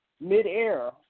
midair